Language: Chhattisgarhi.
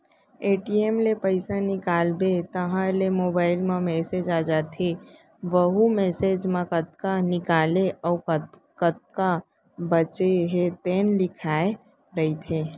ए.टी.एम ले पइसा निकालबे तहाँ ले मोबाईल म मेसेज आथे वहूँ मेसेज म कतना निकाले अउ कतना बाचे हे तेन लिखाए रहिथे